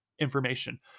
information